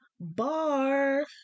bar